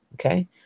Okay